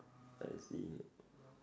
I see